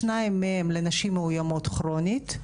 שניים מהם לנשים מאוימות כרונית,